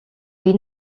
энэ